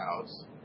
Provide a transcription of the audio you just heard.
house